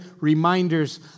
reminders